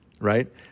right